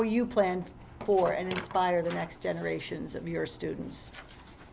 you plan for and inspire the next generations of your students